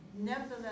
nevertheless